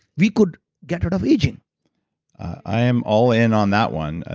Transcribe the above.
we could get rid of aging i am all in on that one. ah